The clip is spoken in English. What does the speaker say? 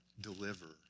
deliver